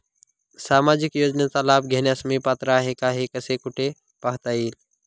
सामाजिक योजनेचा लाभ घेण्यास मी पात्र आहे का हे कसे व कुठे पाहता येईल?